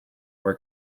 were